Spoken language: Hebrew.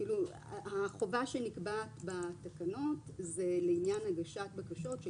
החובה שנקבעת בתקנות היא לעניין הגשת בקשות של